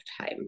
time